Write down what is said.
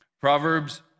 Proverbs